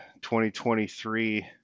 2023